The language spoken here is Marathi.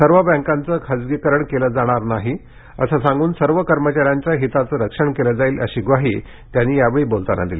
सर्व बँकाचं खासगीकरण केलं जाणार नाही असं सांगून सर्व कर्मचाऱ्यांच्या हिताचं रक्षण केल जाईल अशी ग्वाही सीतारामन यांनी यावेळी बोलताना दिली